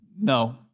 No